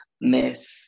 Miss